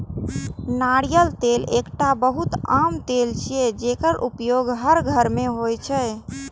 नारियल तेल एकटा बहुत आम तेल छियै, जेकर उपयोग हर घर मे होइ छै